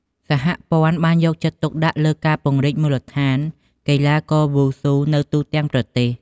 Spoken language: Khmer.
សហព័ន្ធបានយកចិត្តទុកដាក់លើការពង្រីកមូលដ្ឋានកីឡាករវ៉ូស៊ូនៅទូទាំងប្រទេស។